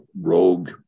rogue